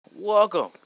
Welcome